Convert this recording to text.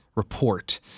Report